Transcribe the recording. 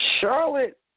Charlotte